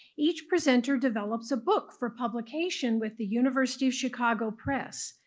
each presenter develops a book for publication with the university of chicago press.